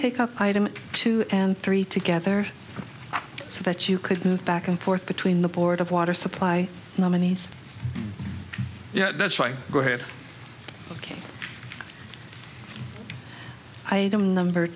take up item two and three together so that you could move back and forth between the board of water supply nominees yeah that's right go ahead ok i don't number